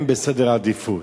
הם בעדיפות.